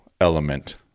element